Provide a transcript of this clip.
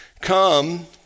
come